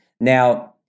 Now